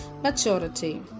Maturity